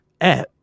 app